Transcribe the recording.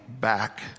back